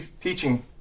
teaching